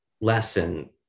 lesson